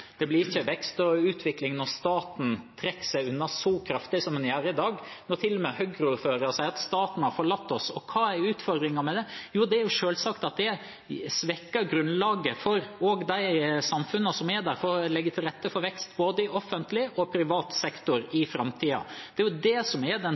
Det blir ikke vekst og utvikling når staten trekker seg unna så kraftig som den gjør i dag, når til og med Høyre-ordførere sier at «staten har forlatt oss». Og hva er utfordringen med det? Jo, det er selvsagt at det svekker grunnlaget også for de samfunnene som er der for å legge til rette for vekst i både offentlig og privat sektor i framtiden. Det er jo det som er den